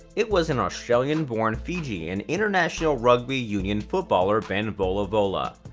it was an australian-born fijian international rugby union footballer ben volavola.